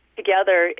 together